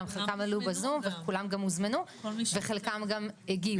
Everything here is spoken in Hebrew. חלקם עלו בזום וכולם גם הוזמנו וחלקם הגיעו.